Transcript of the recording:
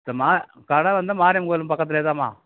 எம்மா கடை வந்து மாரியம்மன் கோவில் பக்கத்துலேயேதாமா